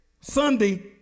Sunday